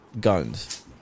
guns